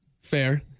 Fair